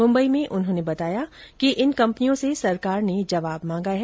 मुम्बई में उन्होंने बताया कि इन कम्पनियों से सरकार ने जवाब मांगा है